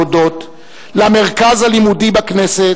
להודות למרכז הלימודי בכנסת,